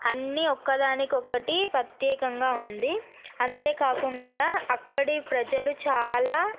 అన్నీ ఒక్కదానికి ఒకటి ప్రత్యేకంగా ఉంది అంతేకాకుండా అక్కడి ప్రజలు చాలా